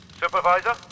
Supervisor